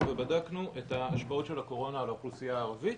ובדקנו את ההשפעות של הקורונה על האוכלוסייה הערבית